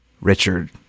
Richard